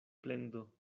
plendo